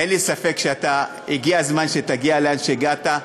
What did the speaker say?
אין לי ספק שהגיע הזמן שתגיע לאן שהגעת,